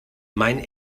mein